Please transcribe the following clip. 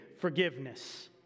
forgiveness